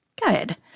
Good